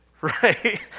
right